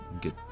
Get